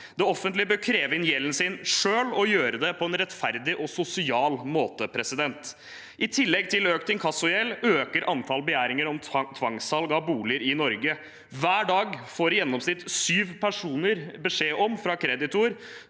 Det offentlige bør kreve inn gjelden sin selv og gjøre det på en rettferdig og sosial måte. I tillegg til økt inkassogjeld øker antallet begjæringer om tvangssalg av boliger i Norge. Hver dag får i gjennomsnitt syv personer beskjed fra en kreditor